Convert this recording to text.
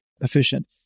efficient